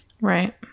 Right